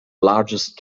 largest